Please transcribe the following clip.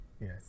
Yes